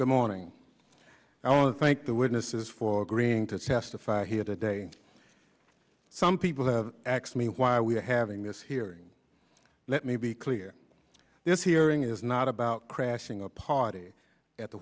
good morning i want to thank the witnesses for agreeing to testify here today some people have x me why we're having this hearing let me be clear this hearing is not about crashing a party at the